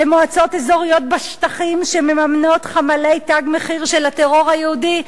למועצות אזוריות בשטחים שמממנות חמ"לי "תג מחיר" של הטרור היהודי,